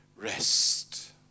rest